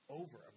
over